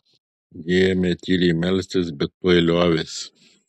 ji ėmė tyliai melstis bet tuoj liovėsi